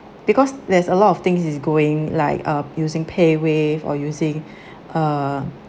because there's a lot of things is going like uh using payWave or using uh